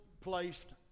placed